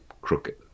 crooked